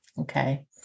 Okay